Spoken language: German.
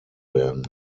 werden